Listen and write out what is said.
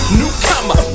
newcomer